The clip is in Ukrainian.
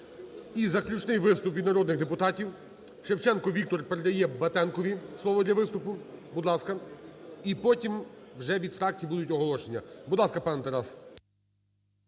І заключний виступ від народних депутатів. Шевченко Віктор передає Батенкові слово для виступу, будь ласка. І потім вже від фракцій будуть оголошення. Будь ласка, пане Тарас.